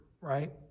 right